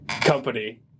company